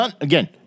Again